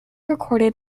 recorded